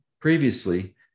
previously